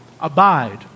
abide